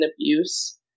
abuse